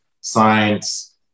science